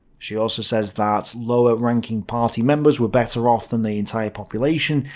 she also says that lower ranking party members were better off than the entire population,